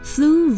Flew